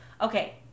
Okay